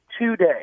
today